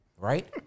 Right